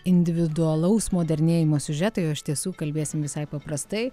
individualaus modernėjimo siužetai o iš tiesų kalbėsim visai paprastai